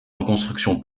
reconstruction